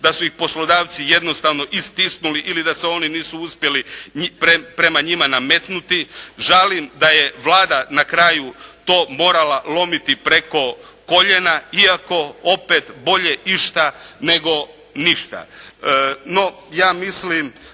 da su ih poslodavci jednostavno istisnuli ili da se oni nisu uspjeli prema njima nametnuti, žalim da je Vlada na kraju to morala lomiti preko koljena, iako opet bolje išta nego ništa.